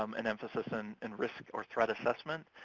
um an emphasis in and risk or threat assessment,